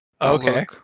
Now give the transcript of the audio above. Okay